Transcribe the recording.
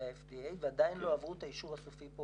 ה-FDA ועדיין לא עברו את האישור הסופי פה,